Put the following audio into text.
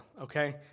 okay